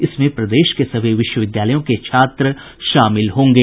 इसमें प्रदेश के सभी विश्वविद्यालयों के छात्र शामिल होंगे